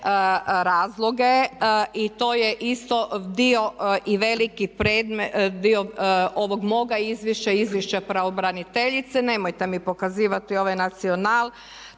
razloge. To je isto dio ovog moga izvješća, Izvješća pravobraniteljice. Nemojte mi pokazivati ovaj Nacional,